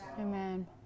Amen